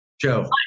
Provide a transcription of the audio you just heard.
Joe